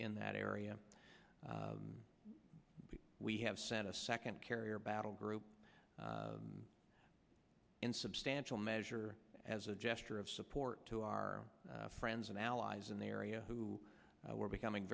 in that area we have sent a second carrier battle group in substantial measure as a gesture of support to our friends and allies in the area who were becoming